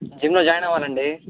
జిమ్లో జాయిన్ అవ్వాలండి